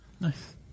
Nice